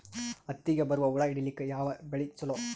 ಹತ್ತಿಗ ಬರುವ ಹುಳ ಹಿಡೀಲಿಕ ಯಾವ ಬಲಿ ಚಲೋ?